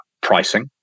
pricing